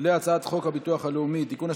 להצעת חוק הביטוח הלאומי (תיקון,